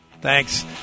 Thanks